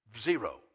Zero